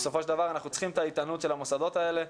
בסופו של דבר אנחנו צריכים את האיתנות של המוסדות האלה,